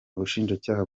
ubushinjacyaha